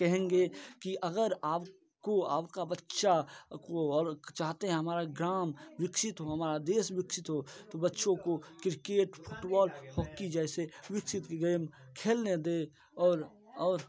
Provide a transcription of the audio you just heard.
कहेंगे कि अगर आपको आपका बच्चा को चाहते हमारा गाँव विकसित हो हमारा देश विकसित हो तो बच्चों को क्रिकेट फुटबॉल हॉकी जैसे विकसित की गेम खेलने दें और और